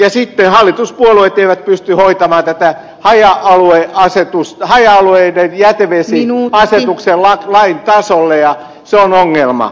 ja sitten hallituspuolueet eivät pysty hoitamaan tätä haja asutusalueiden jätevesiasetusta lain tasolle ja se on ongelma